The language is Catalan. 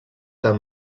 cap